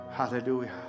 Hallelujah